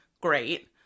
Great